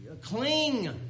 cling